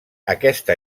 aquesta